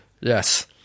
Yes